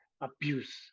abuse